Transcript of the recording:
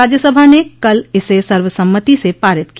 राज्यसभा न कल इसे सर्वसम्मति से पारित किया